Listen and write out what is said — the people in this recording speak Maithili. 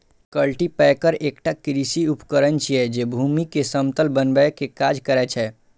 कल्टीपैकर एकटा कृषि उपकरण छियै, जे भूमि कें समतल बनबै के काज करै छै